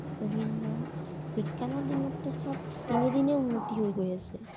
বিভিন্ন বিজ্ঞানৰ দিনতটো চব দিনে দিনে উন্নতি হৈ গৈ আছে